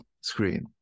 screen